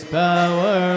power